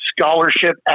scholarship